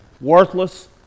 worthless